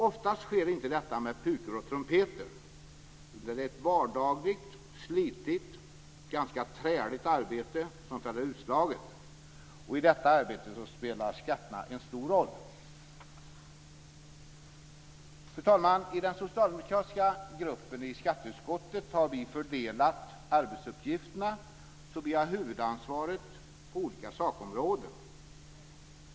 Oftast sker inte detta med pukor och trumpeter, utan det är ett vardagligt, slitigt och ganska träligt arbete som fäller utslaget. I detta arbete spelar skatterna en stor roll. Fru talman! I den socialdemokratiska gruppen i skatteutskottet har vi fördelat arbetsuppgifterna så att vi har huvudansvaret för olika sakområden.